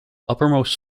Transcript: uppermost